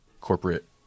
corporate